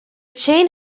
chain